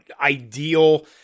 ideal